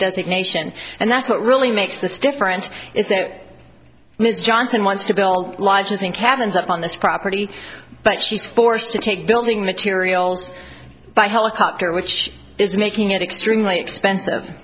designation and that's what really makes this different is it ms johnson wants to build lodges in cabins up on this property but she is forced to take building materials by helicopter which is making it extremely expensive